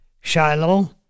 Shiloh